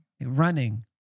running